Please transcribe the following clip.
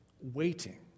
waiting